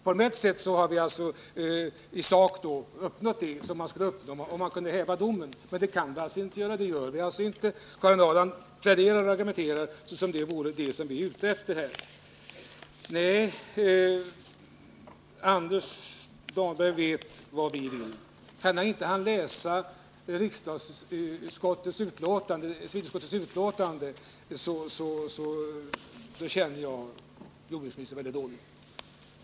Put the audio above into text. Formellt har vi i sak uppnått det som man skulle uppnå om vi kunde häva domen. Men det kan vi alltså inte göra och det gör vi inte heller. Karin Ahrland argumenterar som om det vore vad vi är ute efter. Anders Dahlgren vet vad vi vill. Om han inte kan läsa civilutskottets betänkande, känner jag jordbruksministern mycket dåligt.